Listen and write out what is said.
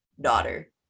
daughter